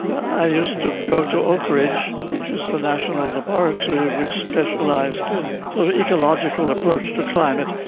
i used to go to oakridge, which is the national laboratory which specialised in an ecological approach to climate.